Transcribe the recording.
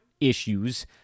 issues